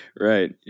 Right